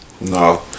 No